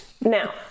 Now